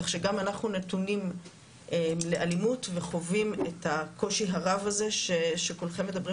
כך שגם אנחנו נתונים לאלימות וחווים את הקושי הרב הזה שכולכם מדברים